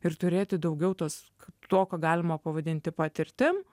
ir turėti daugiau tos to ką galima pavadinti patirtim